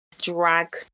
drag